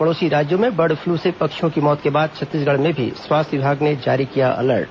पड़ोसी राज्यों में बर्ड फ्लू से पक्षियों की मौत के बाद छत्तीसगढ़ में भी स्वास्थ्य विभाग ने जारी किया अलर्ट